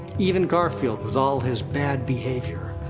even garfield, with all his bad behavior,